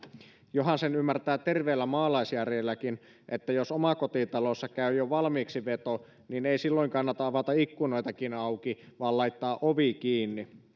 johan sen ymmärtää terveellä maalaisjärjelläkin että jos omakotitalossa käy jo valmiiksi veto niin ei silloin kannata avata ikkunoitakin auki vaan laittaa ovi kiinni